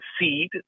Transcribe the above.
seed